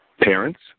Parents